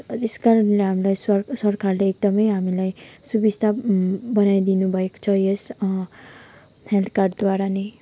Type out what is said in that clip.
त्यस कारणले हामीलाई स्व सरकारले एकदमै हामीलाई सुविस्ता बनाइदिनु भएको छ यस हेल्थ कार्डद्वारा नै